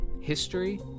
History